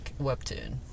webtoon